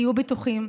תהיו בטוחים,